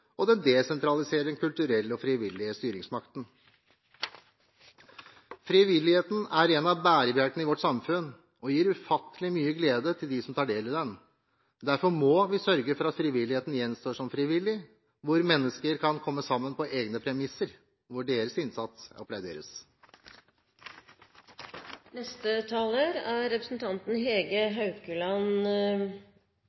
og den desentraliserer den kulturelle og frivillige styringsmakten. Frivilligheten er en av bærebjelkene i vårt samfunn og gir ufattelig mye glede til dem som tar del i den. Derfor må vi sørge for at frivilligheten gjenstår som frivillig, hvor mennesker kan komme sammen på egne premisser, hvor deres innsats applauderes. Det er